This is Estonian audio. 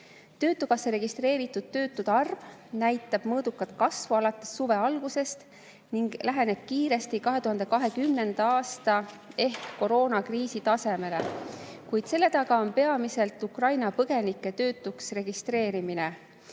Töötukassas registreeritud töötute arv näitab mõõdukat kasvu alates suve algusest ning läheneb kiiresti 2020. aasta ehk koroonakriisi‑aegsele tasemele, kuid selle taga on peamiselt Ukraina põgenike töötuks registreerimine.